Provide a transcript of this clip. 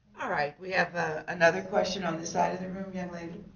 alright, we have ah another question on this side of the room? young lady?